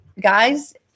guys